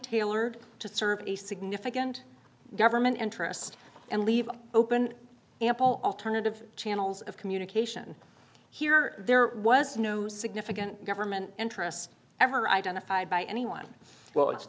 tailored to serve a significant government interest and leave open the ample alternative channels of communication here there was no significant government interests ever identified by anyone